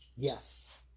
yes